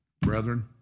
brethren